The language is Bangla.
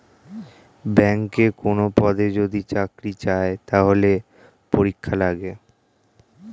ব্যাংকে কোনো পদে যদি চাকরি চায়, তাহলে পরীক্ষা লাগে